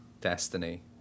Destiny